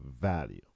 value